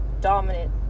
dominant